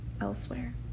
elsewhere